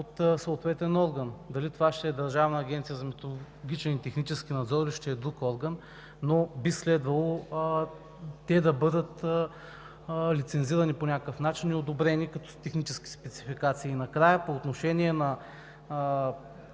от съответен орган – дали това ще е Държавната агенция за метрологичен и технически надзор, или ще е друг орган, но би следвало те да бъдат лицензирани по някакъв начин и одобрени като технически спецификации. Накрая, по отношение на